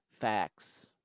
facts